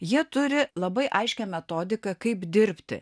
jie turi labai aiškią metodiką kaip dirbti